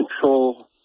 control